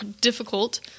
difficult